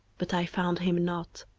but i found him not.